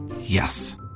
Yes